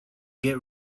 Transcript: get